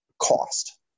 cost